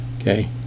okay